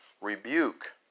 rebuke